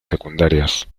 secundarias